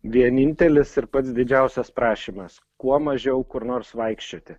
vienintelis ir pats didžiausias prašymas kuo mažiau kur nors vaikščioti